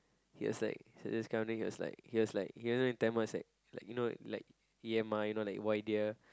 he was like so he was counting he was like he was like he wanted in Tamil he was like why dear